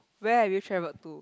where have you travelled to